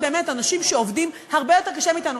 אנשים שעובדים הרבה יותר קשה מאתנו,